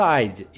Side